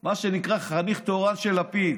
מה שנקרא, שהוא חניך תורן של לפיד.